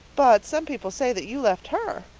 but some people say that you left her.